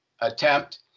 attempt